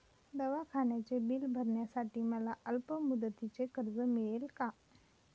दवाखान्याचे बिल भरण्यासाठी मला अल्पमुदतीचे कर्ज मिळेल का?